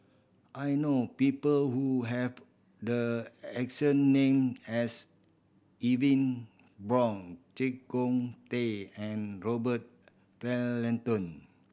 I know people who have the exact name as Brown Chee Kong Tet and Robert